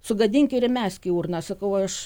sugadink ir įmesk į urną sakau aš